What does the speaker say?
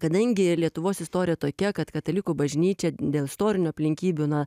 kadangi lietuvos istorija tokia kad katalikų bažnyčia dėl istorinių aplinkybių na